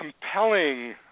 compelling